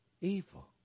evil